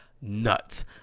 nuts